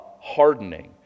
hardening